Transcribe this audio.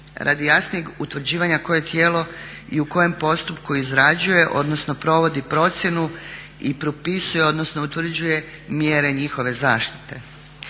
radi jasnijeg utvrđivanja koje tijelo i u kojem postupku izrađuje odnosno provodi procjenu i propisuje, odnosno utvrđuje mjere njihove zaštite.